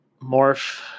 morph